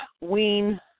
wean